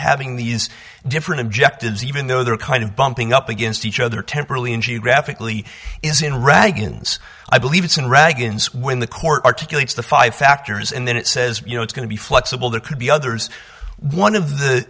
having these different objectives even though they're kind of bumping up against each other temperley in geographically is in rags i believe it's in reg inns when the court articulates the five factors and then it says you know it's going to be flexible there could be others one of the